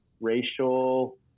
racial